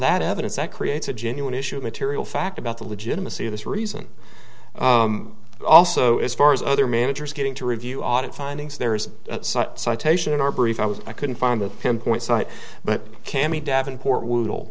that evidence that creates a genuine issue of material fact about the legitimacy of this reason also as far as other managers getting to review audit findings there is a citation in our brief i was i couldn't find the pinpoint site but cammy davenport